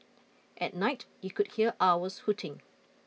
at night you could hear owls hooting